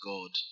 God